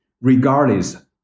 regardless